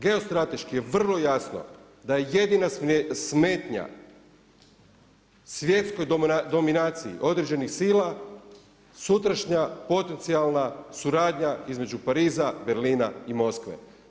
Geostrateški je vrlo jasno da je jedina smetnja svjetskoj dominaciji određenih sila sutrašnja potencijalna suradnja između Pariza, Berlina i Moskve.